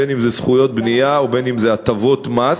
אם זכויות בנייה ואם הטבות מס,